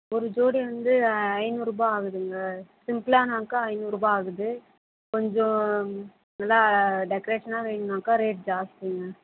ஒரு ஜோடி வந்து ஐநூறுபா ஆகுதுங்க சிம்பிள்னாக்கா ஐநூறுபா ஆகுது கொஞ்சம் நல்லா டெகரேஷன்னாக வேணுண்ணாக்க ரேட் ஜாஸ்திங்க